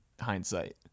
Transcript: hindsight